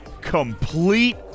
complete